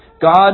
God